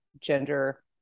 gender